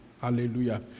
Hallelujah